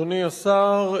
אדוני השר,